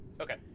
Okay